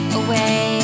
away